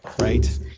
Right